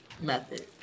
method